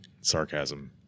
sarcasm